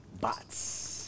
bots